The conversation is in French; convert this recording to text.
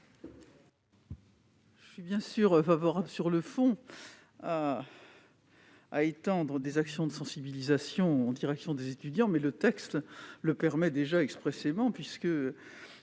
Je suis bien sûr favorable sur le fond à l'extension des actions de sensibilisation en direction des étudiants, mais le texte le permet déjà expressément puisque